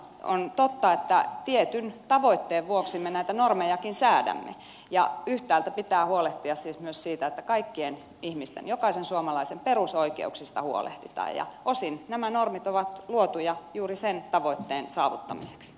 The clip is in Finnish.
on totta että tietyn tavoitteen vuoksi me näitä normejakin säädämme ja yhtäältä pitää huolehtia siis myös siitä että kaikkien ihmisten jokaisen suomalaisen perusoikeuksista huolehditaan ja osin nämä normit ovat luotuja juuri sen tavoitteen saavuttamiseksi